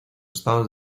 estados